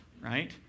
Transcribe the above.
right